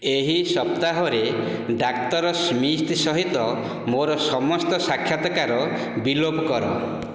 ଏହି ସପ୍ତାହରେ ଡାକ୍ତର ସ୍ମିଥ୍ ସହିତ ମୋର ସମସ୍ତ ସାକ୍ଷାତକାର ବିଲୋପ କର